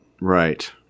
Right